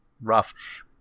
rough